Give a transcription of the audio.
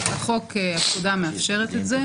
הפקודה מאפשרת את זה.